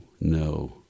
no